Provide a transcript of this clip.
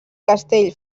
castell